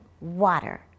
water